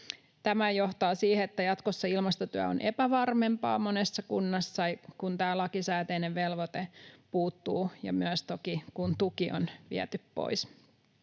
Tämä johtaa siihen, että jatkossa ilmastotyö on epävarmempaa monessa kunnassa, kun tämä lakisääteinen velvoite puuttuu ja myös toki kun tuki on viety pois.